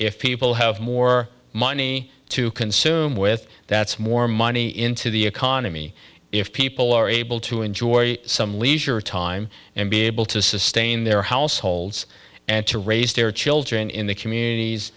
if people have more money to consume with that's more money into the economy if people are able to enjoy some leisure time and be able to sustain their households and to raise their children in the communities